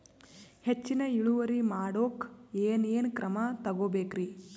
ಹೆಚ್ಚಿನ್ ಇಳುವರಿ ಮಾಡೋಕ್ ಏನ್ ಏನ್ ಕ್ರಮ ತೇಗೋಬೇಕ್ರಿ?